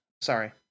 sorry